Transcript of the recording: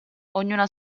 ognuna